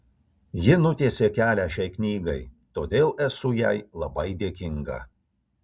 ji nutiesė kelią šiai knygai todėl esu jai labai dėkinga